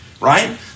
right